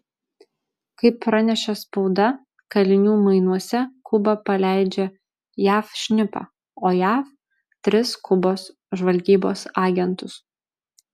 kaip pranešė spauda kalinių mainuose kuba paleidžia jav šnipą o jav tris kubos žvalgybos agentus